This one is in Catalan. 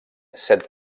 set